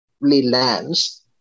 lands